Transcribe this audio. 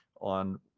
on